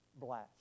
blast